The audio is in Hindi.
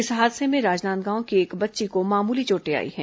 इस हादसे में राजनांदगांव की एक बच्ची को मामूली चोटे आई हैं